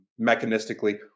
mechanistically